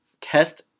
test